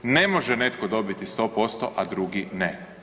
Ne može netko dobiti 100%, a drugi ne.